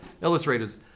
illustrator's